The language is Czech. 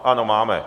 Ano, máme.